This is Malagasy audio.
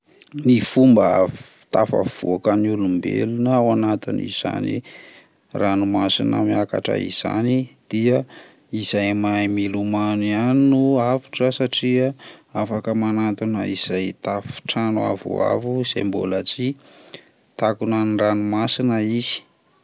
Ny fomba af-atafavoka ny olombelona ao anatin'izany ranomasina miakatra izany dia izay mahay milomano ihany no avotra satria afaka manatona izay tafo-trano avoavo izay mbola tsy takona ny ranomasina, zay.